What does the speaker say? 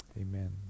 Amen